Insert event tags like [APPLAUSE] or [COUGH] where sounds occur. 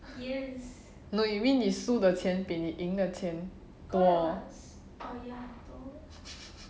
no you mean 你输的钱比赢的钱多 [LAUGHS]